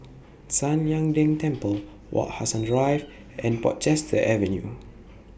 San Lian Deng Temple Wak Hassan Drive and Portchester Avenue